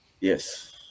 yes